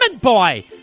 Boy